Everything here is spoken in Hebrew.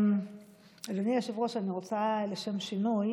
אדוני היושב-ראש, אני רוצה לשם שינוי